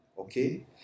Okay